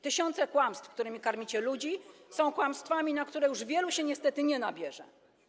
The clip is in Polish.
Tysiące kłamstw, którymi karmicie ludzi, są kłamstwami, na które już wielu się niestety nie nabierze.